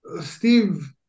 Steve